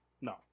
No